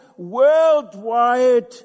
worldwide